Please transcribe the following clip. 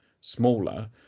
smaller